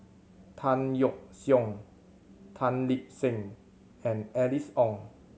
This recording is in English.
Tan Yeok Seong Tan Lip Seng and Alice Ong